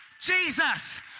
Jesus